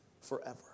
forever